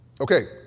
Okay